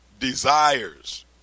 Desires